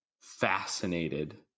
fascinated